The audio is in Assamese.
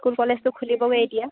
স্কুল কলেজটো খুলিবগৈয়ে এতিয়া